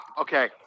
okay